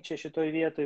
čia šitoj vietoj